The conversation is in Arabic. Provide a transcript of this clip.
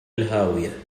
الهاوية